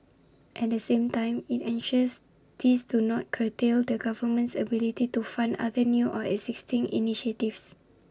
at the same time IT ensures these do not curtail the government's ability to fund other new or existing initiatives